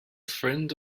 ffrind